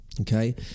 okay